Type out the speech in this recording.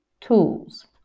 tools